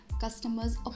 customers